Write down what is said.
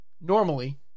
normally